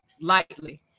lightly